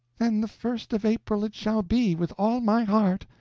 then the first of april at shall be, with all my heart!